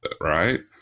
right